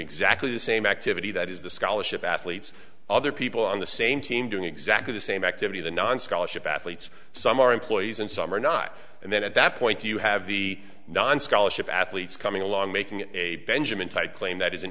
exactly the same activity that is the scholarship athletes other people on the same team doing exactly the same activity the non scholarship athletes some are employees and some are not and then at that point you have the non scholarship athletes coming along making a benjamin type claim that is an